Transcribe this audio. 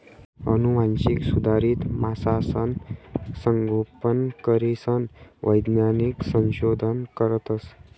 आनुवांशिक सुधारित मासासनं संगोपन करीसन वैज्ञानिक संशोधन करतस